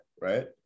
Right